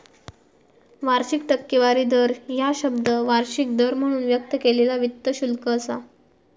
वार्षिक टक्केवारी दर ह्या शब्द वार्षिक दर म्हणून व्यक्त केलेला वित्त शुल्क असा